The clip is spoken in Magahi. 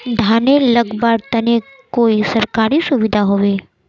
धानेर लगवार तने कोई सरकारी सुविधा होबे?